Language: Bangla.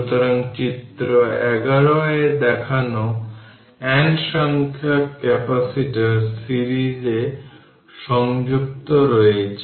সুতরাং চিত্র 11 দেখায় n সংখ্যক ক্যাপাসিটর সিরিজে সংযুক্ত রয়েছে